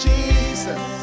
Jesus